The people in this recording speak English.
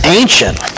ancient